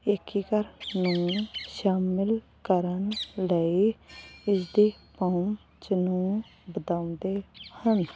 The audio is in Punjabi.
ਏਰੀਕਰਨ ਨੂੰ ਸ਼ਾਮਿਲ ਕਰਨ ਲਈ ਇਸਦੀ ਪਹੁੰਚ ਨੂੰ ਵਧਾਉਂਦੇ ਹਨ